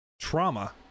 trauma